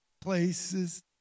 places